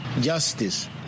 justice